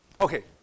Okay